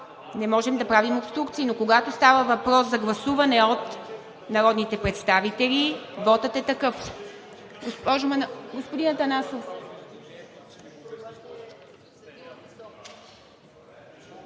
не можем да правим обструкции. Но когато става въпрос за гласуване от народните представители, вотът е такъв. Господин Атанасов.